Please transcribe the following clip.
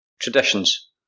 Traditions